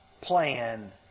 plan